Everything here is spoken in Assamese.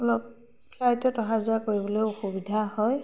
অলপ ফ্লাইটত অহা যোৱা কৰিবলৈ অসুবিধা হয়